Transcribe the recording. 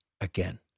again